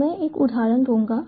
तो मैं एक उदाहरण दूंगा